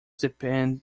depend